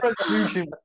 resolution